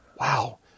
Wow